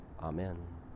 Amen